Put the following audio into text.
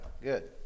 good